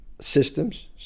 systems